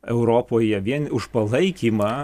europoje vien už palaikymą